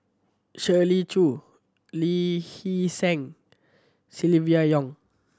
Shirley Chew Lee Hee Seng Silvia Yong